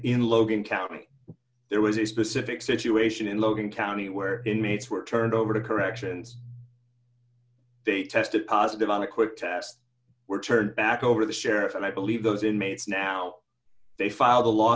in logan county there was a specific situation in logan county where inmates were turned over to corrections they tested positive on a quick test were turned back over the sheriff and i believe those inmates now they filed a law